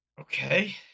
Okay